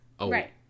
Right